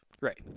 right